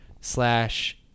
slash